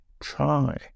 try